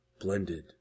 blended